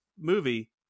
movie